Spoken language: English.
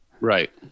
Right